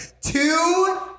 Two